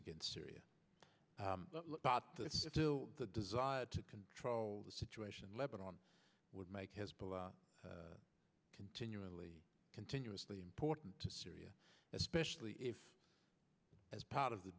against syria if the desire to control the situation in lebanon would make hezbollah continually continuously important to syria especially if as part of the